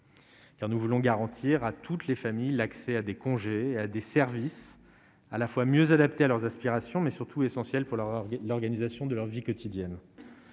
Car nous voulons garantir à toutes les familles, l'accès à des congés à des services à la fois mieux adapté à leurs aspirations, mais surtout essentiel pour la l'organisation de leur vie quotidienne.